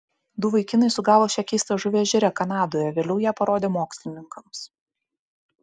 du vaikinai sugavo šią keistą žuvį ežere kanadoje vėliau ją parodė mokslininkams